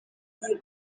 imana